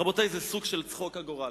רבותי, זה סוג של צחוק הגורל.